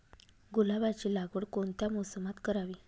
गुलाबाची लागवड कोणत्या मोसमात करावी?